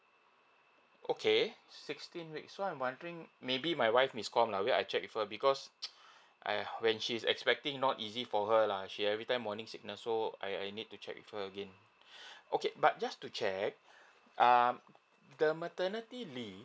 okay sixteen weeks so I'm wondering maybe my wife misscomm~ lah wait I check with her because I when she's expecting not easy for her lah she everytime morning sickness so I I need to check with her again okay but just to check um the maternity leave